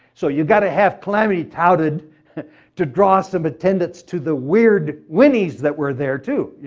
so you got to have calamity touted to draw some attendance to the weird minnies that were there too.